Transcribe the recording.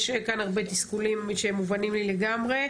יש כאן הרבה תסכולים שהם מובנים לי לגמרי.